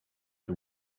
the